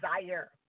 desire